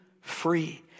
free